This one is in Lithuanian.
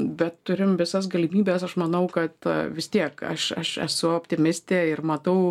bet turim visas galimybes aš manau kad vis tiek aš aš esu optimistė ir matau